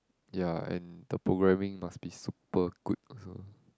ya and the programming must be super good also